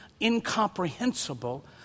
incomprehensible